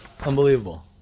Unbelievable